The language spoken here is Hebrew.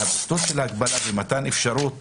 מהביטול של ההגבלה ומתן אפשרות